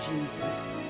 Jesus